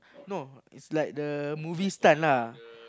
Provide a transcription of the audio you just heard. no it's like the movie stunt lah